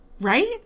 right